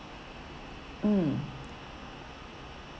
mm